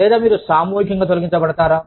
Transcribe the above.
లేదా మీరు సామూహికంగా తొలగించబడతారా